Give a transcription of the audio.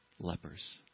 Lepers